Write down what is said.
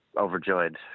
Overjoyed